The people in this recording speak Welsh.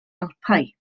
alpau